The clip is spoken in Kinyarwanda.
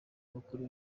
abakuru